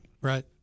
Right